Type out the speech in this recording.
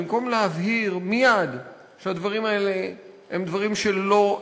במקום להבהיר מייד שהדברים האלה הם דברים שלא,